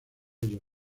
ellos